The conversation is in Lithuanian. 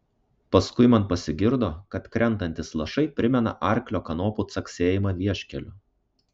paskui man pasigirdo kad krentantys lašai primena arklio kanopų caksėjimą vieškeliu